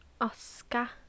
Oscar